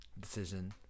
decision